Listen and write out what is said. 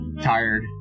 tired